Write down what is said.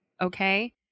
okay